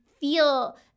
feel